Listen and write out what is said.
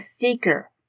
seeker